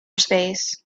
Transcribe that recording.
space